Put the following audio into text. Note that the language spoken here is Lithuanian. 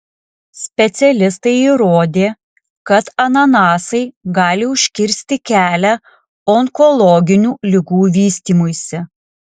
specialistai įrodė kad ananasai gali užkirsti kelią onkologinių ligų vystymuisi